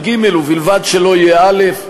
ג' ובלבד שלא יהיה א'